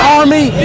army